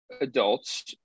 adults